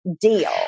deal